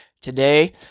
today